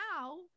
now